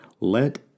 Let